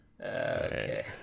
Okay